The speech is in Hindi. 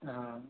हाँ